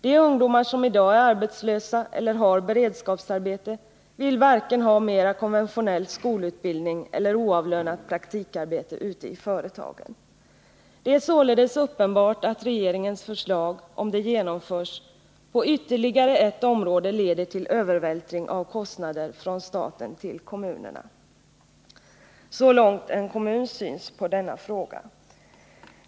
De ungdomar som i dag är arbetslösa eller har beredskapsarbete vill varken ha mera konventionell skolutbildning eller oavlönat praktikarbete ute i företagen. Det är således uppenbart att regeringens förslag, om det genomförs, på ytterligare ett område leder till övervältring av kostnader från staten till kommunerna.” Så långt en kommuns syn på denna fråga.